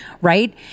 right